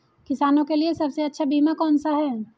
किसानों के लिए सबसे अच्छा बीमा कौन सा है?